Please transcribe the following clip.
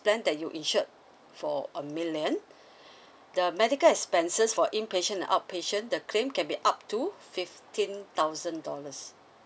plan that you insured for a million the medical expenses for inpatient and outpatient the claim can be up to fifteen thousand dollars